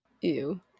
Ew